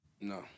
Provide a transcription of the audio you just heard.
No